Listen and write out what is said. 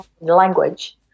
Language